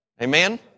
Amen